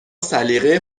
سلیقه